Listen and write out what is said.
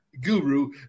guru